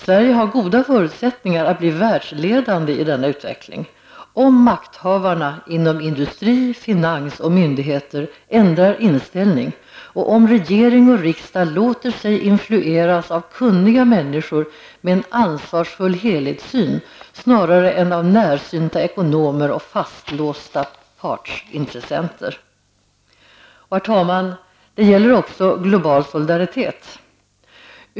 Sverige har goda förutsättningar att bli världsledande i denna utveckling, om makthavarna inom industri, finans och myndigheter ändrar inställning och om regering och riksdag låter sig influeras av kunniga människor med en ansvarsfull helhetssyn snarare än av närsynta ekonomer och fastlåsta partsintressenter. Herr talman! Det gäller också global solidaritet.